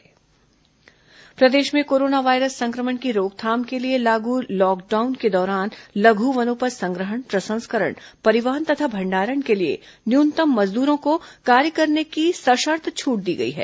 कोरोनालघु वनोपज निर्देश प्रदेश में कोरोना वायरस संक्रमण की रोकथाम के लिए लागू लॉकडाउन के दौरान लघु वनोपज संग्रहण प्रसंस्करण परिवहन तथा भंडारण के लिए न्यूनतम मजदूरों को कार्य करने की सशर्त छूट दी गई है